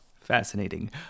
Fascinating